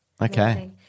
Okay